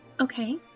Okay